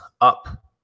up